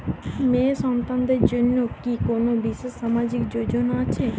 মেয়ে সন্তানদের জন্য কি কোন বিশেষ সামাজিক যোজনা আছে?